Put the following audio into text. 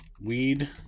Weed